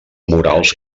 murals